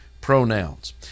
pronouns